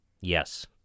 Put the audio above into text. Yes